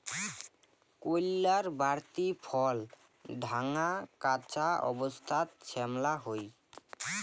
কইল্লার বাড়তি ফল ঢাঙা, কাঁচা অবস্থাত শ্যামলা হই